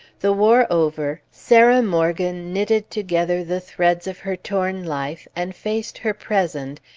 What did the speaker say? the war over, sarah morgan knitted together the threads of her torn life and faced her present,